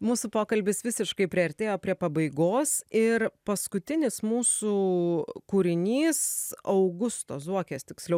mūsų pokalbis visiškai priartėjo prie pabaigos ir paskutinis mūsų kūrinys augusto zuokės tiksliau